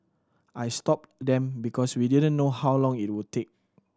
I stopped them because we didn't know how long it would take